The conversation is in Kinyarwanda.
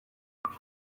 imvu